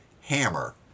hammer